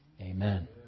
Amen